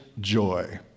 joy